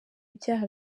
ibyaha